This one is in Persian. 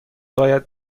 باید